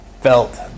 felt